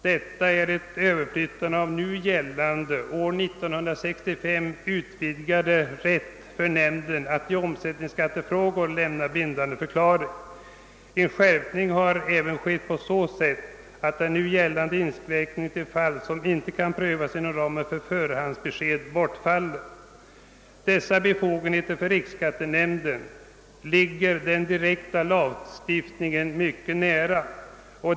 Detta är ett överflyttande av nu gällande — år 1965 utvidgade — rätt för nämnden att i omsättningsskattefrågor lämna bindande förklaring. En skärpning har även skett på så sätt, att den nu gällande inskränkningen till fall som inte kan prövas inom ramen för förhandsbesked bortfaller. Dessa befogenheter för riksskattenämnden ligger den direkta lagstiftningen mycket nära.